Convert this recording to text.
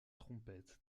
trompette